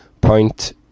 point